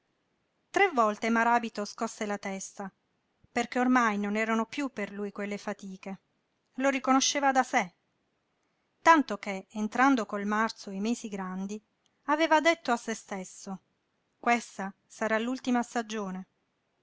tre volte maràbito scosse la testa perché ormai non erano piú per lui quelle fatiche lo riconosceva da sé tanto che entrando col marzo i mesi grandi aveva detto a se stesso questa sarà l'ultima stagione